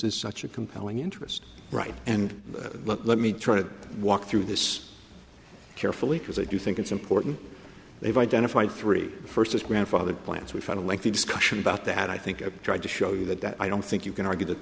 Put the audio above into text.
is such a compelling interest write and let me try to walk through this carefully because i do think it's important they've identified three first as grandfathered plans we've had a lengthy discussion about that i think i've tried to show you that that i don't think you can argue that